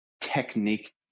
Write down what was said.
technique